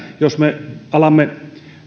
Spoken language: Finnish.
jos me alamme